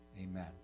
Amen